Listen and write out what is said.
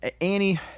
Annie